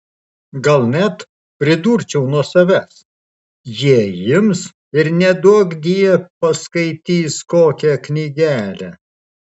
gal net pridurčiau nuo savęs jie ims ir neduokdie paskaitys kokią knygelę